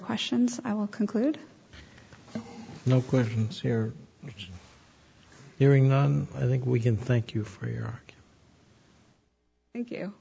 questions i will conclude no question here during the i think we can thank you for your thank you